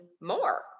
more